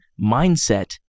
mindset